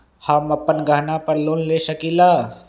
हम अपन गहना पर लोन ले सकील?